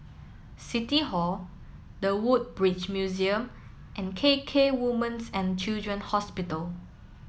city hall The Woodbridge Museum and K K Women's and Children's Hospital